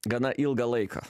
gana ilgą laiką